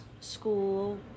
school